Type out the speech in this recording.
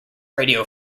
radio